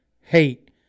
hate